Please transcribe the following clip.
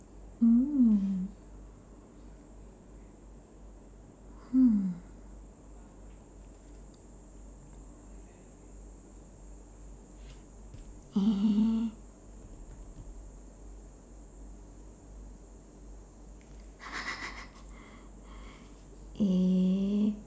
mm hmm uh eh